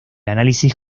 análisis